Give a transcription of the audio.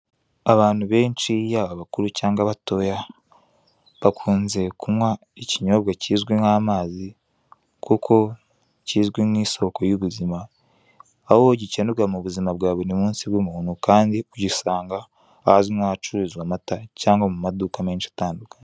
Abantu benshi yaba abakuru cyangwa abatoya bakunze kunywa ikinyobwa kizwi nk'amazi kuko kizwi nk'isoko y'ubuzima, aho gikenerwa mu buzima bwa buri munsi bw'umuntu kandi tugisanga ahazwi nk'ahacururizwa amata cyangwa mu maduka menshi atandukanye.